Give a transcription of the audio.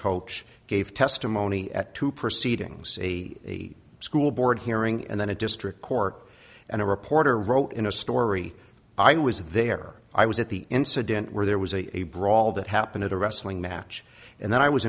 coach gave testimony at two proceedings a school board hearing and then a district court and a reporter wrote in a story i was there i was at the incident where there was a brawl that happened at a wrestling match and then i was